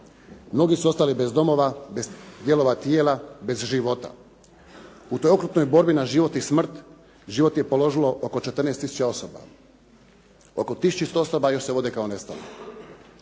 Mnogi su ostali bez domova, bez dijelova tijela, bez života. U toj okrutnoj borbi na život i smrt, život je položilo oko 14 tisuća osoba. Oko 1100 osoba još se vode kao nestale.